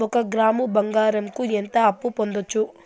ఒక గ్రాము బంగారంకు ఎంత అప్పు పొందొచ్చు